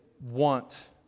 want